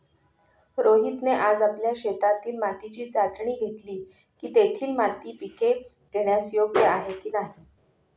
रोहितने आज आपल्या शेतातील मातीची चाचणी घेतली की, तेथील माती पिके घेण्यास योग्य आहे की नाही